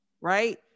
right